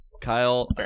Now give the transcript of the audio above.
Kyle